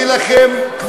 התככים שלכם,